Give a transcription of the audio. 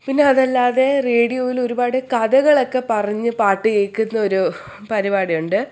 പിന്നെ അതല്ലാതെ റേഡിയോയിൽ ഒരുപാട് കഥകളൊക്കെ പറഞ്ഞു പാട്ട് കേൾക്കുന്നൊരു പരിപാടിയുണ്ട്